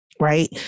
Right